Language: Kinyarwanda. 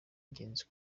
ingenzi